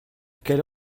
quelle